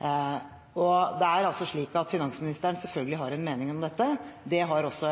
og finansministeren har selvfølgelig en mening om dette. Det har også